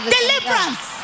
deliverance